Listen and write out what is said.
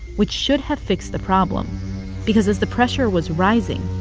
which should have fixed the problem because as the pressure was rising,